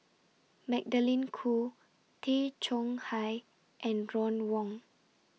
Magdalene Khoo Tay Chong Hai and Ron Wong